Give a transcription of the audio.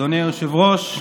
אדוני היושב-ראש,